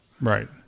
Right